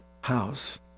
house